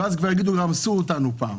ואז יגידו כבר רמסו אותנו פעם,